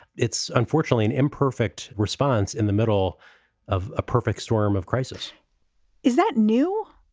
it's unfortunately an imperfect response in the middle of a perfect storm of crisis is that new?